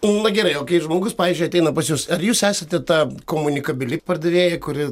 na gerai o kai žmogus pavyzdžiui ateina pas jus ar jūs esate ta komunikabili pardavėja kuri